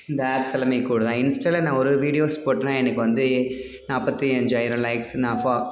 இந்த ஆப்ஸ் எல்லாமே இன்க்ளூடு தான் இன்ஸ்டாவில் நான் ஒரு வீடியோஸ் போட்டேன்னால் எனக்கு வந்து நாற்பத்தி அஞ்சாயிரம் லைக்ஸ் நான் ஃபா